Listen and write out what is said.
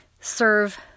Serve